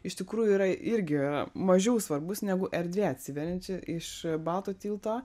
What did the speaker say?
iš tikrųjų yra irgi yra mažiau svarbus negu erdvė atsiverianti iš balto tilto